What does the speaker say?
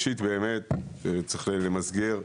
ראשית באמת צריך למסגר,